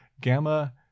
gamma